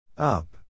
Up